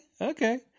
okay